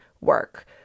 work